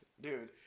dude